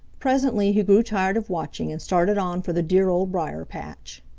presently he grew tired of watching and started on for the dear old briar-patch.